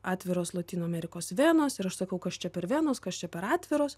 atviros lotynų amerikos venos ir aš sakau kas čia per venos kas čia per atviros